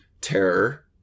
terror